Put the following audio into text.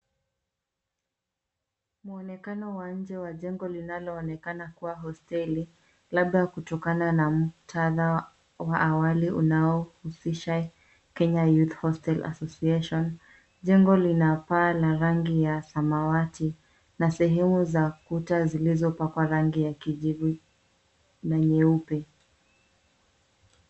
Mwonekano wa nje wa jengo linaloonekana kuwa hosteli labda kutokana na muktadha wa awali unaohusisha Kenya Youth Hostel Association . Jengo lina paa la rangi ya samawati na sehemu za kuta zilizopakwa rangi ya kijivu na nyeupe.